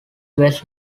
best